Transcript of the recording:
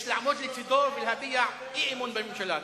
יש לעמוד לצדו ולהביע אי-אמון בממשלה.